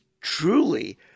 truly